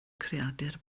creadur